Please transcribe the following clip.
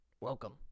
Welcome